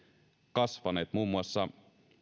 kasvaneet muun muassa